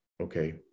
okay